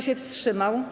się wstrzymał?